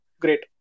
great